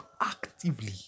actively